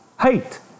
hate